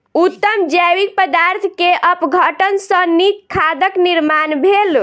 उत्तम जैविक पदार्थ के अपघटन सॅ नीक खादक निर्माण भेल